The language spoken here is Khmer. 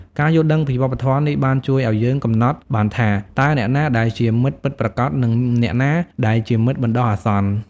ការយល់ដឹងពីវប្បធម៌នេះបានជួយឲ្យយើងកំណត់បានថា តើអ្នកណាដែលជាមិត្តពិតប្រាកដនិងអ្នកណាដែលជាមិត្តបណ្ដោះអាសន្ន។